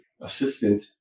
assistant